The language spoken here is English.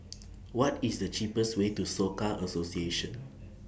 What IS The cheapest Way to Soka Association